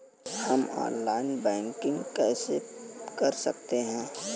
हम online banking कैसे कर सकते हैं?